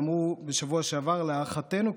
אמרו בשבוע שעבר: להערכתנו,